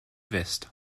west